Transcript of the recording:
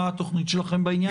מה התוכנית שלכם בעניין.